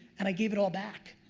and i gave it all back,